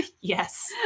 Yes